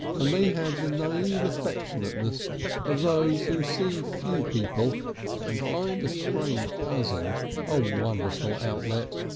and they had the naive affectionateness of those who see few people and find a strange cousin a wonderful outlet.